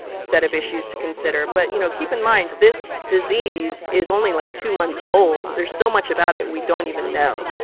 set of issues to consider yeah but, you know, keep in mind this disease is only, like, two months old. there's so much about it we don't even know.